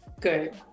Good